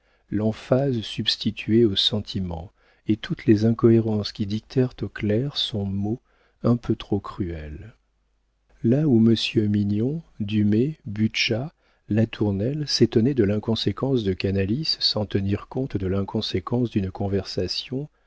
l'emphase substituée au sentiment et toutes les incohérences qui dictèrent au clerc son mot un peu trop cruel là où monsieur mignon dumay butscha latournelle s'étonnaient de l'inconséquence de canalis sans tenir compte de l'inconséquence d'une conversation